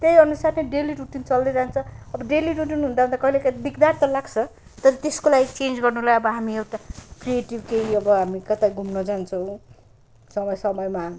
त्यही अनुसारले daily routine चल्दै जान्छ अब डेली रुटिन हुँदा हुँदा कहिले कहीँ दिकदार त लाग्छ तर त्यसको लागि चेन्ज गर्नुलाई हामी अब एउटा क्रिएटिभ केही अब कतै घुम्न जान्छौँ समय समयमा